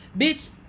Bitch